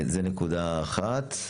זו נקודה אחת.